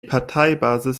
parteibasis